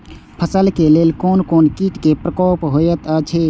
फसल के लेल कोन कोन किट के प्रकोप होयत अछि?